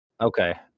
Okay